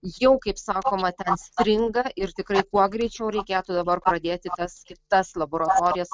jau kaip sakoma ten stringa ir tikrai kuo greičiau reikėtų dabar pradėti tas kitas laboratorijas